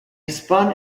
spun